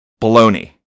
Baloney